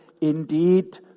indeed